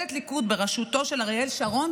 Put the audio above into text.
ממשלת הליכוד בראשותו של אריאל שרון,